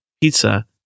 pizza